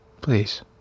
Please